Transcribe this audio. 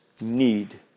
need